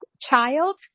child